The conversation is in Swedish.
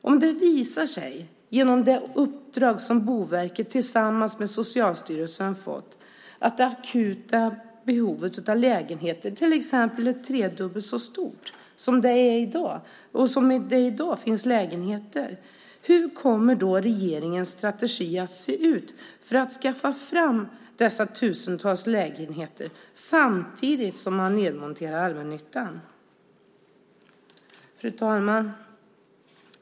Om det visar sig genom det uppdrag som Boverket tillsammans med Socialstyrelsen har fått att det akuta behovet av lägenheter är till exempel tredubbelt så stort som det i dag finns lägenheter för, hur kommer då regeringens strategi att se ut för att skaffa fram dessa tusentals lägenheter samtidigt som man nedmonterar allmännyttan? Fru talman!